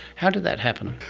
how did that happen?